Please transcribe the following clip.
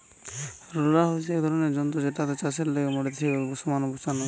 roller হতিছে এক রকমের যন্ত্র জেটাতে চাষের লেগে মাটিকে ঠিকভাবে সমান বানানো হয়